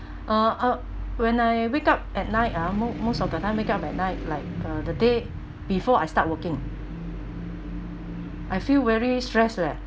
uh uh when I wake up at night ah mo~ most of the time wake up at night like uh the day before I start working I feel very stress leh